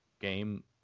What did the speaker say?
game